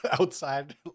outside